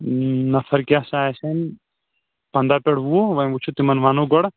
نفر کیٛاہ سا آسن پنٛداہ پٮ۪ٹھ وُہ وۄنۍ وٕچھو تِمن وَنو گۄڈٕ